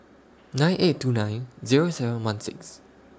nine eight two nine Zero seven one six